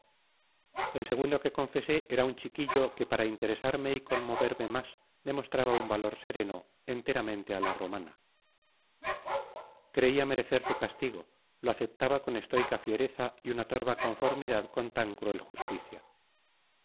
el segundo que confesé era un chiquillo que para interesarme y conmoverme más demostraba un valor sereno enteramente a la romana creía merecer su castigo lo aceptaba con estoica fiereza y una torva conformidad con tan cruel justicia